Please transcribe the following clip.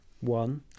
one